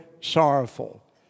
sorrowful